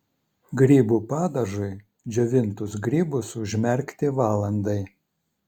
grybų padažui džiovintus grybus užmerkti valandai